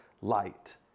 light